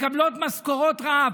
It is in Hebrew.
מקבלות משכורות רעב.